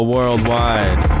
Worldwide